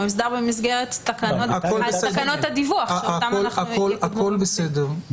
הוסדר במסגרת --- הכול בסדר.